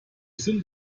sind